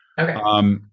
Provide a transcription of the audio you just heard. Okay